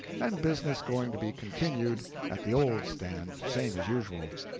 and business going to be continued at the old stand, same as usual.